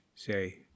say